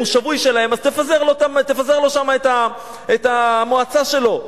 אם הוא שבוי שלהם אז תפזר לו שם את המועצה שלו,